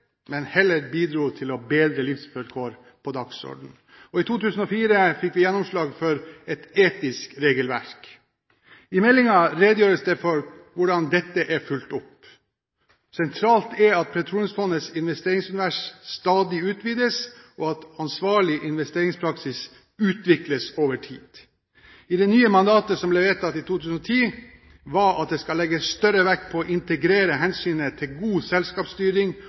men heller bidro til å bedre livsvilkår, på dagsordenen, og i 2004 fikk vi gjennomslag for et etisk regelverk. I meldingen redegjøres det for hvordan dette er fulgt opp. Sentralt er at Petroleumsfondets investeringsunivers stadig utvides, og at ansvarlig investeringspraksis utvikles over tid. Det nye mandatet, som ble vedtatt i 2010, var at det skal legges større vekt på å integrere hensynet til god selskapsstyring